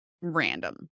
random